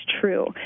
true